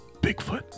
Bigfoot